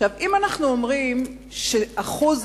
כבר אנחנו יודעים שנשים